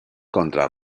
contra